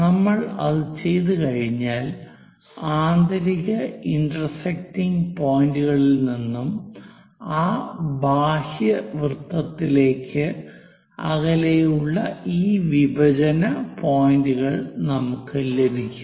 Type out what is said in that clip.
നമ്മൾ അത് ചെയ്തുകഴിഞ്ഞാൽ ആന്തരിക ഇന്റർസെക്റ്റിങ് പോയിന്റുകളിൽ നിന്നും ആ ബാഹ്യ വൃത്തത്തിലേക്ക് അകലെയുള്ള ഈ വിഭജന പോയിൻറുകൾ നമുക്ക് ലഭിക്കും